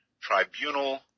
tribunal